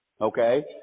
Okay